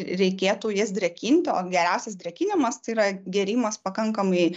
reikėtų jas drėkinti o geriausias drėkinimas tai yra gėrimas pakankamai